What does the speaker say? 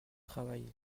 travail